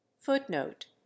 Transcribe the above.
footnote